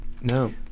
No